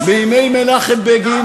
אפשר לצעוק, האם מנחם בגין